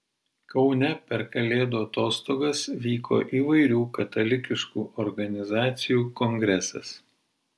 kaune per kalėdų atostogas vyko įvairių katalikiškų organizacijų kongresas